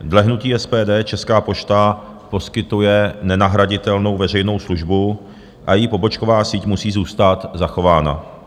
Dle hnutí SPD Česká pošta poskytuje nenahraditelnou veřejnou službu a její pobočková síť musí zůstat zachována.